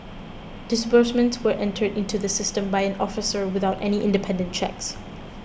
disbursements were entered into the system by an officer without any independent checks